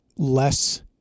less